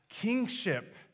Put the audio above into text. kingship